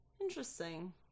Interesting